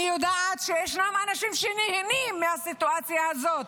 אני יודעת שישנם אנשים שנהנים מהסיטואציה הזאת,